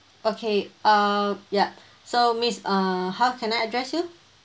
okay um ya so miss uh how can I address you